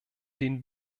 den